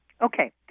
Okay